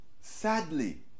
sadly